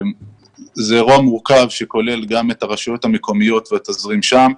זה אירוע מורכב שכולל גם את הרשויות המקומיות והתזרים שם.